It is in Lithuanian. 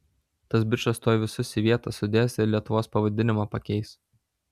tas bičas tuoj visus į vietą sudės ir lietuvos pavadinimą pakeis